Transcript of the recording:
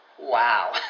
wow